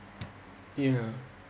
ya